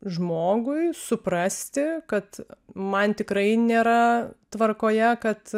žmogui suprasti kad man tikrai nėra tvarkoje kad